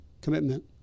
commitment